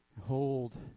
Hold